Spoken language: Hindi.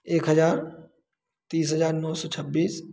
एक हज़ार तीस हज़ार नौ सौ छब्बीस